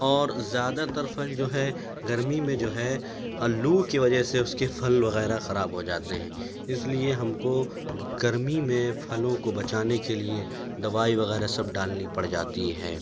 اور زیادہ تر پھل جو ہے گرمی میں جو ہے لو کی وجہ سے اس کے پھل وغیرہ خراب ہو جاتے ہیں اس لیے ہم کو گرمی میں پھلوں کو بچانے کے لیے دوائی وغیرہ سب ڈالنی پڑ جاتی ہے